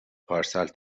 پارسال